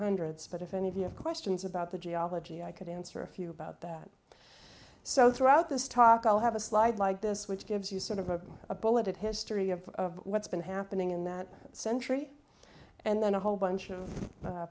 hundreds but if any of you have questions about the geology i could answer a few about that so throughout this talk i'll have a slide like this which gives you sort of a a bulleted history of what's been happening in that century and then a whole bunch of